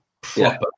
Proper